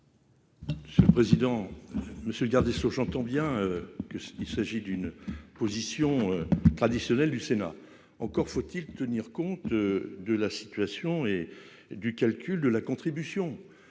Monsieur le président, monsieur le garde des Sceaux, j'entends bien que s'il s'agit d'une position traditionnelle du Sénat. Encore faut-il, tenir compte de la situation et du calcul de la contribution.